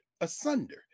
asunder